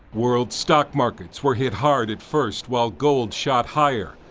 world stock markets were hit hard at first while gold shot higher.